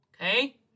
Okay